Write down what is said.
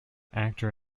actor